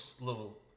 little